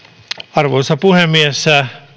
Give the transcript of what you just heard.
arvoisa puhemies